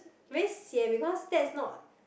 very sian because that's not